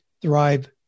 thrive